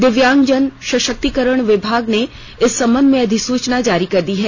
दिव्यांगजन सशक्तिकरण विभाग ने इस संबंध में अधिसूचना जारी कर दी है